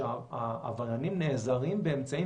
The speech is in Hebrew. וגם בית המשפט עצמו רואה את המערכות,